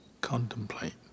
contemplate